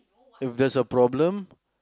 if there's a problem